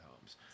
Homes